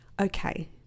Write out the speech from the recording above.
Okay